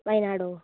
വയനാടോ